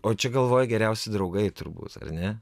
o čia galvoji geriausi draugai turbūt ar ne